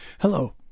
Hello